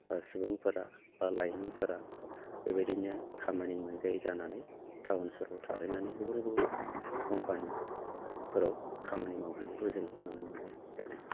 सुबुंफोरा बा लाइमोनफोरा बेबायदिनो खामानि मोनजायि जानानै टाउन सहराव थाहैनानै गुबुन गुबुन कम्पानिफोराव खामानि मावहैनायखौ जों नुनो मोननाय जादों